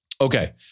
Okay